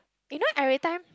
you know everytime